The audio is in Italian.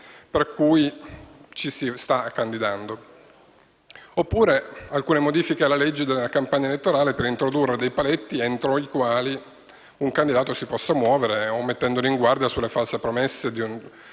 a cui ci si sta candidando. Oppure si potrebbero introdurre alcune modifiche alla legge sulla campagna elettorale per introdurre dei paletti entro i quali un candidato si possa muovere o mettendolo in guardia sulle false promesse e